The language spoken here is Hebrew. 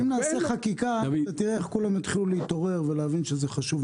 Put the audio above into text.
אם נעשה חקיקה אתה תראה איך כולם יתחילו להתעורר ולהבין שזה חשוב.